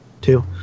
Two